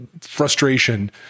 frustration